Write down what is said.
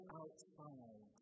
outside